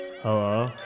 Hello